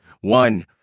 One